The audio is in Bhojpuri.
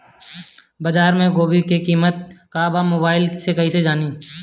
बाजार में गोभी के कीमत का बा मोबाइल से कइसे जानी?